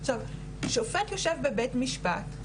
שופט יושב בבית משפט,